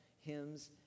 hymns